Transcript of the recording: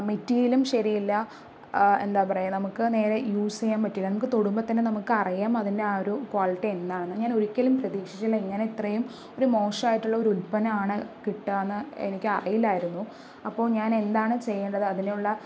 മെറ്റീരിയലും ശരിയല്ല എന്താ പറയുക നമുക്ക് നേരെ യൂസ് ചെയ്യാന് പറ്റില്ല നമുക്ക് തൊടുമ്പോൾ തന്നെ നമുക്ക് അറിയാം അതിന്റെ ആ ഒരു ക്വാളിറ്റി എന്താണെന്ന് ഞാനൊരിക്കലും പ്രതീക്ഷിച്ചില്ല ഇങ്ങനെ ഇത്രയും ഒരു മോശമായിട്ടുള്ള ഒരു ഉല്പന്നമാണ് കിട്ടുകയെന്ന് എനിക്കറിയില്ലായിരുന്നു അപ്പോൾ ഞാൻ എന്താണ് ചെയ്യേണ്ടത് അതിനുള്ള